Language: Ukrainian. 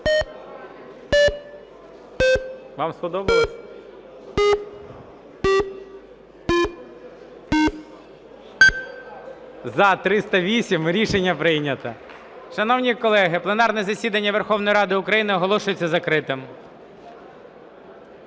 15:05:25 За-308 Рішення прийнято. Шановні колеги, пленарне засідання Верховної Ради України оголошується закритим.